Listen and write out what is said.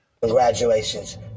Congratulations